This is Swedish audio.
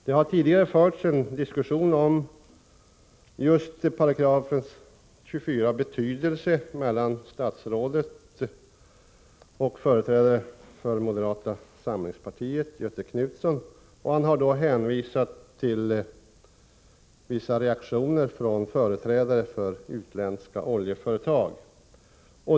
Det har tidigare förts en diskussion om betydelsen av 24 § mellan statsrådet och företrädaren för moderata samlingspartiet, Göthe Knutson. Han har då hänvisat till vissa reaktioner från företrädare för utländska oljeföretag.